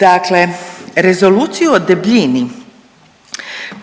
Dakle Rezoluciju o debljini